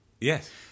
Yes